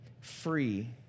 free